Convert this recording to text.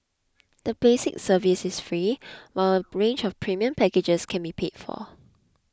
the basic service is free while a range of premium packages can be paid for